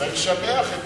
צריך לשבח את המשנה.